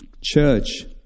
church